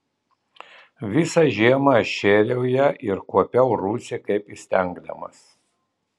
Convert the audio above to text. visą žiemą aš šėriau ją ir kuopiau rūsį kaip įstengdamas